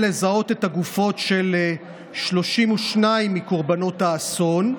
לזהות את הגופות של 32 מקורבנות האסון,